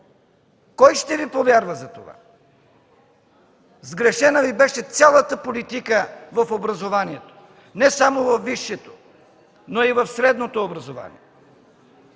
Кой ще Ви повярва на това? Сгрешена Ви беше цялата политика в образованието, не само във висшето, но и в средното образование.